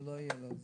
לא יהיה את זה.